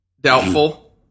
Doubtful